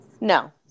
No